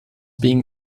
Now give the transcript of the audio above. being